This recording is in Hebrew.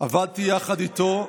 עבדתי יחד איתו,